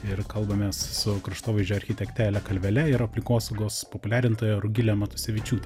ir kalbamės su kraštovaizdžio architekte ele kalvele ir aplinkosaugos populiarintoja rugile matusevičiūte